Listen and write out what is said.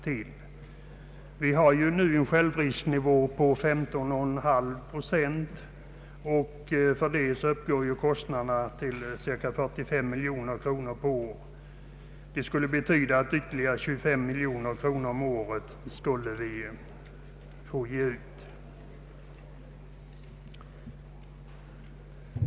Med nuvarande självrisknivå på 15,5 procent uppgår kostnaderna till cirka 45 miljoner kronor per år. En sänkning av självrisken till 12 procent skulle betyda ett ökat medelsbehov av 25 miljoner kronor om året.